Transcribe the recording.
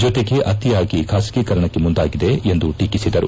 ಜೊತೆಗೆ ಅತಿಯಾಗಿ ಖಾಸಗೀಕರಣಕ್ಕೆ ಮುಂದಾಗಿದೆ ಎಂದು ಟೀಕಿಸಿದರು